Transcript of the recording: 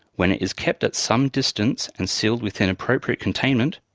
when it is kept at some distance and sealed within appropriate containment,